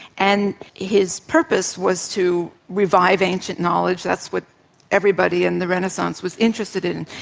and his purpose was to revive ancient knowledge, that's what everybody in the renaissance was interested in.